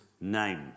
name